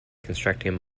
constructing